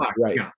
right